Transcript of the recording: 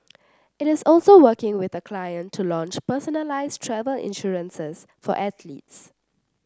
it is also working with a client to launch personalised travel insurances for athletes